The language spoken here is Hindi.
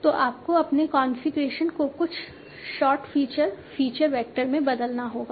तो आपको अपने कॉन्फ़िगरेशन को कुछ सॉर्ट फीचर फीचर वेक्टर में बदलना होगा